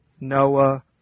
Noah